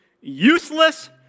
useless